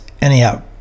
Anyhow